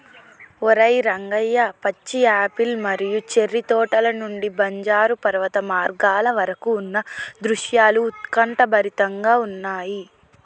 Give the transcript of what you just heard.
ఓరై రంగయ్య పచ్చి యాపిల్ మరియు చేర్రి తోటల నుండి బంజరు పర్వత మార్గాల వరకు ఉన్న దృశ్యాలు ఉత్కంఠభరితంగా ఉన్నయి